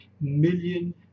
million